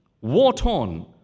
war-torn